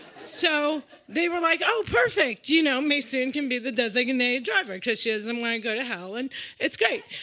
so they were like, oh, perfect. you know, maysoon can be the designated driver, cause she doesn't want to go to hell. and it's great.